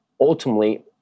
ultimately